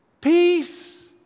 Peace